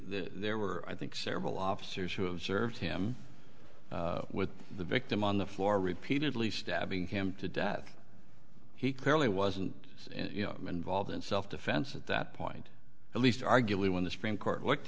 that there were i think several officers who observed him with the victim on the floor repeatedly stabbing him to death he clearly wasn't involved in self defense at that point at least arguably when the supreme court looked